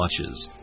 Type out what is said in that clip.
watches